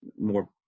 more